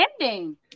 ending